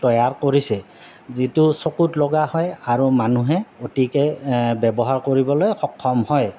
তৈয়াৰ কৰিছে যিটো চকুত লগা হয় আৰু মানুহে অতিকে ব্যৱহাৰ কৰিবলৈ সক্ষম হয়